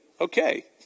Okay